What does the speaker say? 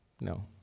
No